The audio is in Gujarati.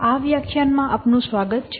આ વ્યાખ્યાનમાં આપનું સ્વાગત છે